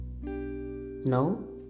no